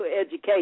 education